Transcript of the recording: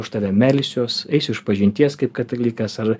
už tave melsiuos eisiu išpažinties kaip katalikas ar